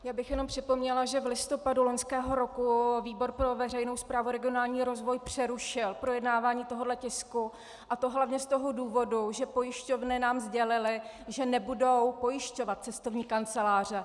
Já bych jenom připomněla, že v listopadu loňského roku výbor pro veřejnou správu a regionální rozvoj přerušil projednávání tohoto tisku, a to hlavně z toho důvodu, že pojišťovny nám sdělily, že nebudou pojišťovat cestovní kanceláře.